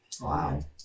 Wow